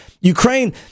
ukraine